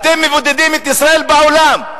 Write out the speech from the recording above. אתם מבודדים את ישראל בעולם.